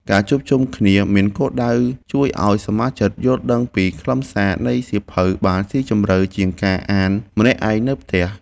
ការជួបជុំគ្នាមានគោលដៅជួយឱ្យសមាជិក យល់ដឹងពីខ្លឹមសារនៃសៀវភៅបានស៊ីជម្រៅជាងការអានម្នាក់ឯងនៅផ្ទះ។